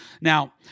Now